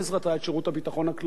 שיש לו יותר מידע,